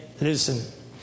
Listen